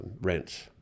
rents